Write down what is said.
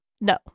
No